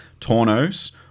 Tornos